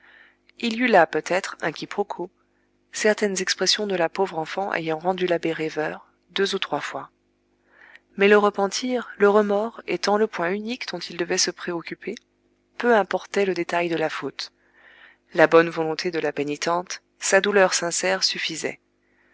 il y eut là peut-être un quiproquo certaines expressions de la pauvre enfant ayant rendu l'abbé rêveur deux ou trois fois mais le repentir le remords étant le point unique dont il devait se préoccuper peu importait le détail de la faute la bonne volonté de la pénitente sa douleur sincère suffisaient